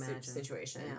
situation